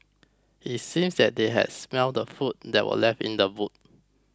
it seems that they had smelt the food that were left in the boot